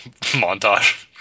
montage